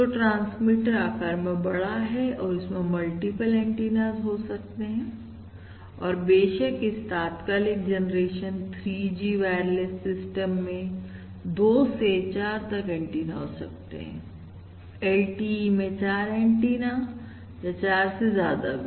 तो ट्रांसमीटर आकार में बड़ा है और इसमें मल्टीपल एंटीनास हो सकते हैं और बेशक इस तात्कालिक जनरेशन 3G वायरलेस सिस्टम में 2 से 4 तक एंटीना हो सकते हैं LTE में चार एंटीना या 4 से ज्यादा भी